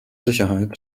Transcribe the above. sicherheit